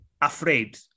afraid